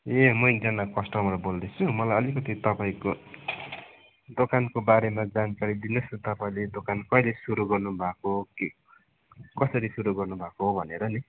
ए म एकजाना कस्टमर बोल्दैछु मलाई अलिकति तपाईँको दोकानको बारेमा जानकारी दिनुहोस् न तपाईँले दोकान कहिले सुरु गर्नु भएको के कहिले सुरु गर्नु भएको भनेर नि